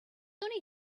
sunny